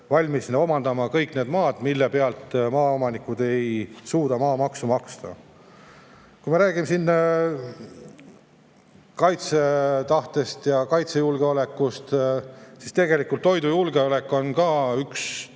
valmis omandama kõik need maad, mille pealt maaomanikud ei suuda maamaksu maksta. Kui me räägime kaitsetahtest ja kaitsejulgeolekust, siis tegelikult toidujulgeolek on üks